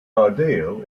ideal